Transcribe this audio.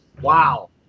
Wow